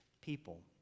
people